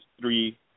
three